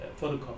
photocopy